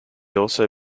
also